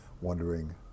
wondering